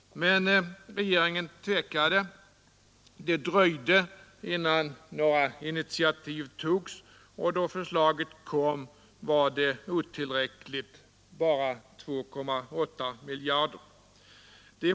Men regeringen tvekade. Det dröjde innan några initiativ togs, och då förslaget lades fram var det otillräckligt, bara 2,8 miljarder.